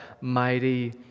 mighty